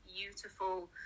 beautiful